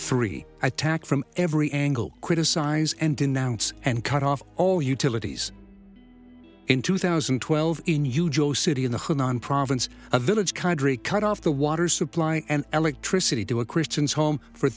free attack from every angle criticize and denounce and cut off all utilities in two thousand and twelve in you joe city in the hunan province a village cut off the water supply and electricity to a christians home for